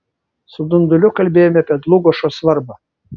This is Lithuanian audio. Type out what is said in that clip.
su dunduliu kalbėjome apie dlugošo svarbą